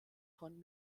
von